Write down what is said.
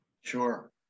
sure